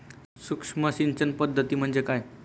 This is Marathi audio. सूक्ष्म सिंचन पद्धती म्हणजे काय?